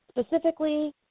specifically